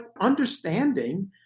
understanding